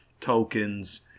tokens